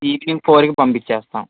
evening ఫోర్కి పంపిచ్చేస్తాం